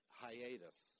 hiatus